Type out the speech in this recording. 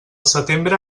setembre